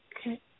Okay